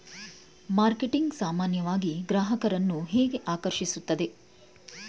Marketing ಸಾಮಾನ್ಯವಾಗಿ ಗ್ರಾಹಕರನ್ನು ಹೇಗೆ ಆಕರ್ಷಿಸುತ್ತದೆ?